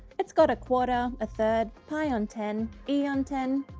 it's got a quarter, a third, pi on ten, e on ten.